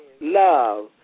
love